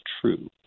true